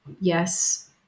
yes